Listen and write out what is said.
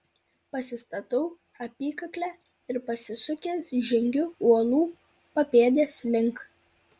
pasistatau apykaklę ir pasisukęs žengiu uolų papėdės link